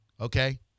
Okay